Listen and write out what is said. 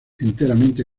enteramente